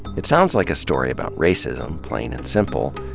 it sounds like a story about racism, plain and simple.